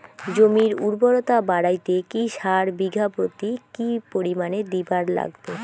জমির উর্বরতা বাড়াইতে কি সার বিঘা প্রতি কি পরিমাণে দিবার লাগবে?